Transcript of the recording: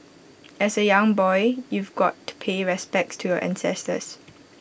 as A young boy you've got to pay respects to your ancestors